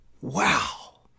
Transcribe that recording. wow